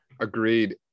Agreed